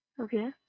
Okay